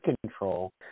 control